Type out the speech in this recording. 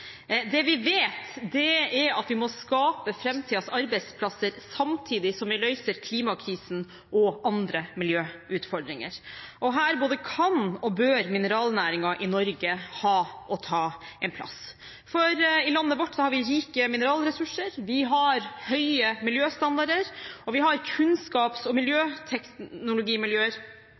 Det vi vet, er at vi må skape framtidens arbeidsplasser samtidig som vi løser klimakrisen og andre miljøutfordringer. Her både kan og bør mineralnæringen i Norge ha og ta en plass. For i landet vårt har vi rike mineralressurser, vi har høye miljøstandarder, og vi har kunnskaps- og